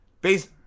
Base